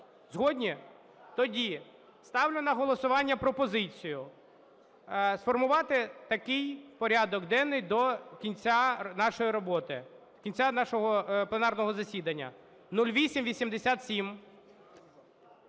Згодні? Тоді ставлю на голосування пропозицію сформувати такий порядок денний до кінця нашої роботи, кінця нашого пленарного засідання: 0887,